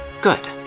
Good